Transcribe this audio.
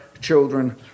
children